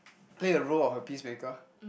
play a role of a peacemaker